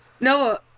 No